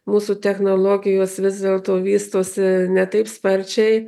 mūsų technologijos vis dėlto vystosi ne taip sparčiai